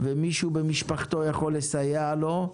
ומישהו במשפחתו יכול לסייע לו,